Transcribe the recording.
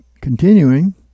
Continuing